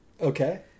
Okay